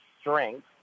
strength